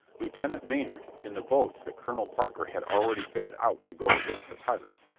lieutenant maynard, in the boats that colonel parker had already fitted out to go against the pirates,